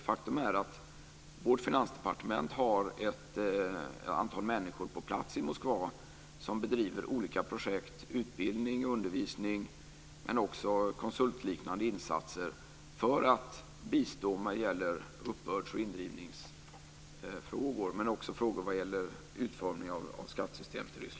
Faktum är att vårt finansdepartement har ett antal människor på plats i Moskva som bedriver olika projekt, utbildning och undervisning men också konsultliknande insatser för att bistå när det gäller uppbörds och indrivningsfrågor samt frågor vad gäller utformning av skattesystemet i Ryssland.